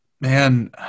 Man